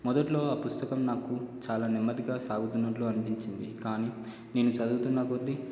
మొదట్లో ఆ పుస్తకం నాకు చాలా నెమ్మదిగా సాగుతున్నట్లు అనిపించింది కానీ నేను చదువుతున్న కొద్ది